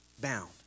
bound